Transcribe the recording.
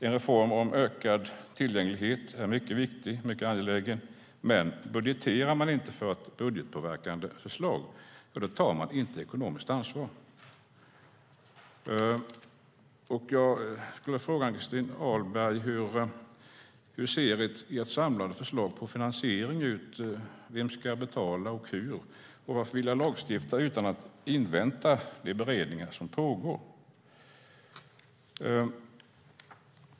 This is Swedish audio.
En reform om ökad tillgänglighet är mycket viktig och angelägen, men budgeterar man inte för ett budgetpåverkande förslag tar man inte ekonomiskt ansvar. Jag skulle vilja fråga Ann-Christin Ahlberg hur ert samlade förslag på finansiering ser ut. Vem ska betala och hur? Varför vilja lagstifta utan att invänta de beredningar som pågår?